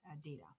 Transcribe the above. data